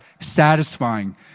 satisfying